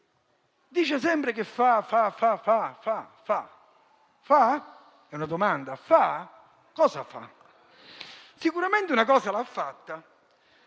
dice sempre che fa, fa, fa. Fa? È una domanda: cosa fa? Sicuramente una cosa l'ha fatta: